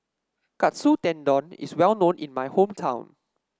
Katsu Tendon is well known in my hometown